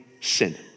sin